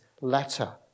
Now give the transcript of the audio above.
letter